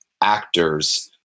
actors